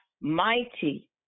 mighty